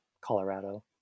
Colorado